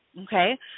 Okay